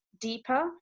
deeper